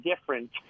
different